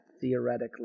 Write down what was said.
theoretically